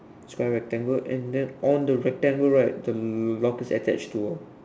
square rectangle and then on the rectangle right the lock is attached to